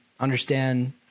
Understand